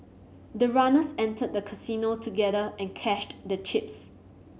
the runners entered the casino together and cashed the chips